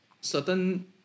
Certain